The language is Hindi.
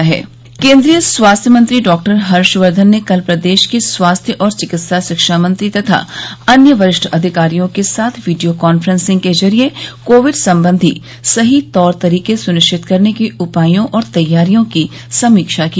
औ औ औ औ औ औ औ औ औ केंद्रीय स्वास्थ्य मंत्री डॉक्टर हर्ष वर्धन ने कल प्रदेश के स्वास्थ्य और चिकित्सा शिक्षा मंत्री तथा अन्य वरिष्ठ अधिकारियों के साथ वीडियो कॉन्फ्रेंसिंग के जरिए कोविड सम्बंधी सही तौर तरीके सुनिश्चित करने के उपायों और तैयारियों की समीक्षा की